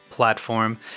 platform